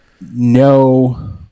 no